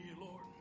Lord